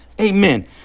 Amen